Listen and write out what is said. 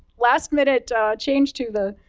last minute change to the.